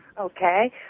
okay